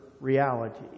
reality